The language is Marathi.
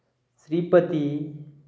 श्रीपती